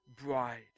bride